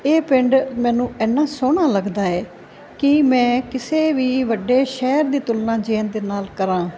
ਇਹ ਪਿੰਡ ਮੈਨੂੰ ਇੰਨਾ ਸੋਹਣਾ ਲੱਗਦਾ ਹੈ ਕਿ ਮੈਂ ਕਿਸੇ ਵੀ ਵੱਡੇ ਸ਼ਹਿਰ ਦੀ ਤੁਲਨਾ ਜੇ ਇਹਦੇ ਨਾਲ ਕਰਾਂ